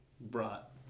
brought